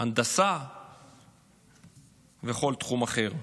הנדסה וכל תחום אחר.